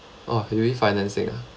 !wah! refinancing uh